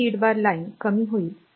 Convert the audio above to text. ही रीड बार लाइन कमी होईल